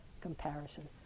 Comparison